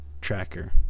tracker